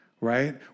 right